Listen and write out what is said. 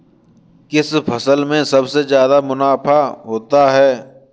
किस फसल में सबसे जादा मुनाफा होता है?